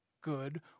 good